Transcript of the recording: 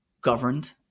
governed